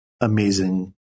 amazing